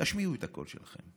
תשמיעו את הקול שלכם.